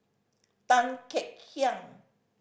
Tan Kek Hiang